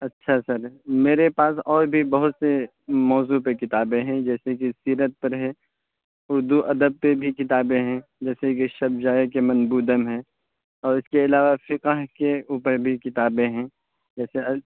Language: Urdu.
اچھا سر میرے پاس اور بھی بہت سے موضوع پہ کتابیں ہیں جیسے کہ سیرت پر ہے اردو ادب پہ بھی کتابیں ہیں جیسے شب جائے کہ من بودم ہے اور اس کے علاوہ فقہ کے اوپر بھی کتابیں ہیں جیسے